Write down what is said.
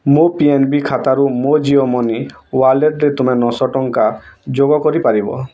ମୋ P N B ଖାତାରୁ ମୋ ଜିଓ ମନି ୱାଲେଟ୍ରେ ତୁମେ ନଅଶହ ଟଙ୍କା ଯୋଗ କରିପାରିବ